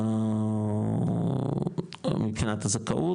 מבחינת הזכאות,